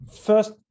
first